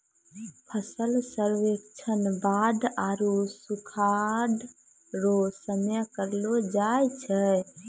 फसल सर्वेक्षण बाढ़ आरु सुखाढ़ रो समय करलो जाय छै